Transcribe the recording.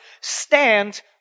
stand